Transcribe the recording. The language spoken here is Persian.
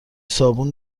صابون